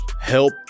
Help